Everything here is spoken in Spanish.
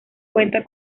cuenta